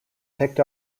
picked